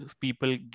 people